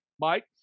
Mike